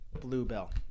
Bluebell